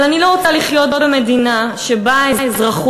אבל אני לא רוצה לחיות במדינה שבה האזרחות